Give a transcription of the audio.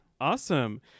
Awesome